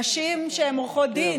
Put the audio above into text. נשים שהן עורכות דין,